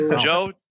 Joe